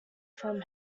from